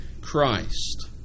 Christ